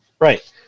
right